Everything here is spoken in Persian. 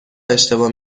اشتباه